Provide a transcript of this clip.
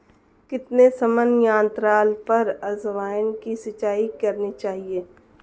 कितने समयांतराल पर अजवायन की सिंचाई करनी चाहिए?